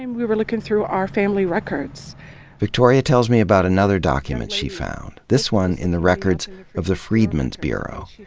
and we were looking through our family records victoria tells me about another document she found, this one in the records of the freedmen's bureau.